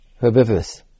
herbivorous